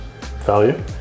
value